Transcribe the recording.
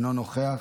אינו נוכח,